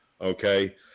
okay